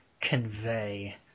convey